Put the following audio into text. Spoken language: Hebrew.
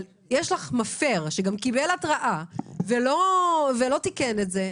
אבל יש לך מפר שגם קיבל התראה ולא תיקן את זה,